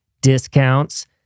discounts